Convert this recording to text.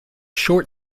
short